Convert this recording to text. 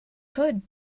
could